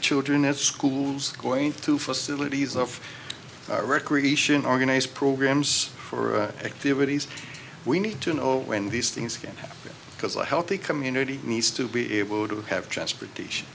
children at schools going to facilities of recreation organize programs for activities we need to know when these things can happen because a healthy community needs to be able to have transportation